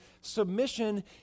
submission